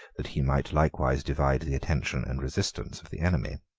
that he might likewise divide the attention and resistance of the enemy.